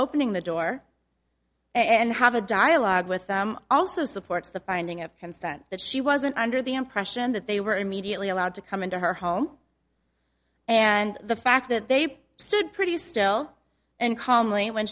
opening the door and have a dialogue with them also supports the finding of consent that she wasn't under the impression that they were immediately allowed to come into her home and the fact that they stood pretty still and calmly when